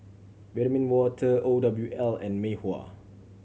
Vitamin Water O W L and Mei Hua